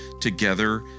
together